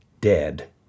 dead